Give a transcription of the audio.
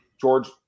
George